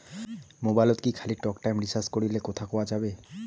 মোবাইলত কি খালি টকটাইম রিচার্জ করিলে কথা কয়া যাবে?